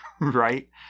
right